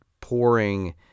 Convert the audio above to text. pouring